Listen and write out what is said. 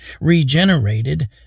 regenerated